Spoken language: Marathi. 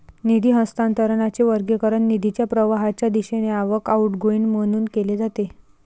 निधी हस्तांतरणाचे वर्गीकरण निधीच्या प्रवाहाच्या दिशेने आवक, आउटगोइंग म्हणून केले जाते